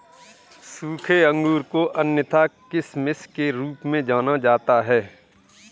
सूखे अंगूर को अन्यथा किशमिश के रूप में जाना जाता है